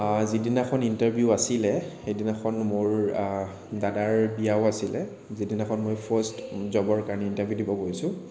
যিদিনাখন ইণ্টাৰভিউ আছিল সেইদিনাখন মোৰ দাদাৰ বিয়াও আছিল যিদিনাখন মোৰ ফাৰ্ষ্ট জবৰ কাৰণে ইণ্টাৰভিউ দিব গৈছোঁ